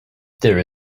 there